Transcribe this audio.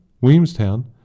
Williamstown